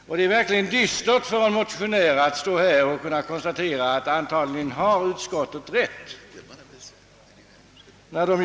Och det är verkligen dystert för en motionär att från denna plats konstatera att utskottet förmodligen har rätt i detta.